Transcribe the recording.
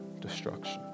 destruction